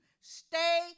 Stay